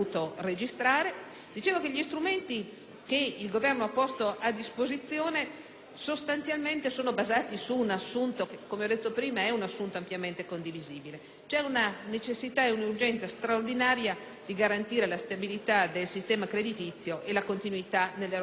che gli strumenti hanno dovuto registrare - sono sostanzialmente basati su un assunto che, come ho detto prima, è ampiamente condivisibile: ci sono una necessità ed un'urgenza straordinarie di garantire la stabilità del sistema creditizio e la continuità nell'erogazione del credito